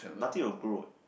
nothing will grow what